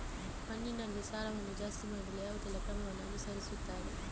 ಮಣ್ಣಿನಲ್ಲಿ ಸಾರವನ್ನು ಜಾಸ್ತಿ ಮಾಡಲು ಯಾವುದೆಲ್ಲ ಕ್ರಮವನ್ನು ಅನುಸರಿಸುತ್ತಾರೆ